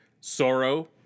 sorrow